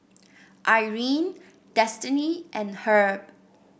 Irene Destiney and Herb